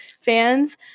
fans